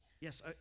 Yes